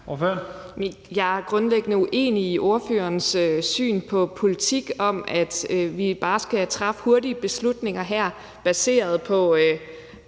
Jeg er grundlæggende uenig i ordførerens syn på politik – at vi bare skal træffe hurtige beslutninger her baseret på